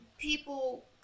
people